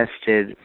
tested